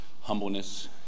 humbleness